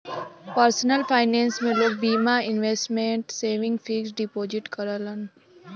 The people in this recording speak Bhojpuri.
पर्सलन फाइनेंस में लोग बीमा, इन्वेसमटमेंट, सेविंग, फिक्स डिपोजिट करलन